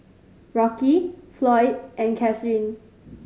Rocky Floyd and Kathrine